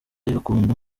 ibakunda